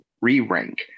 re-rank